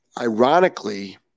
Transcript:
Ironically